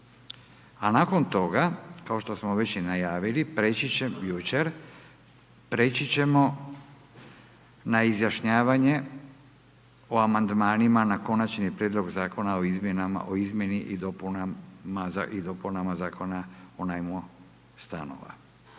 A nakon toga, kao što smo već i najavili, jučer, preći ćemo na izjašnjavanje o amandmanima o Konačnom zakon o izmjeni i dopuni Zakona o najmu stanova.